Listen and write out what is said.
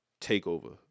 Takeover